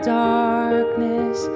darkness